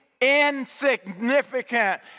insignificant